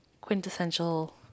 quintessential